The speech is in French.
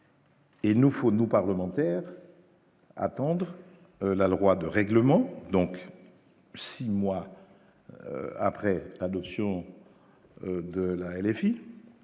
Il nous faut nous parlementaires. Attendre la loi de règlement, donc 6 mois après l'adoption de la LFI